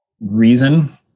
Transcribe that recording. reason